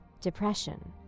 depression